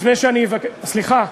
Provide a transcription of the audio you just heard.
לפני שאני, סליחה,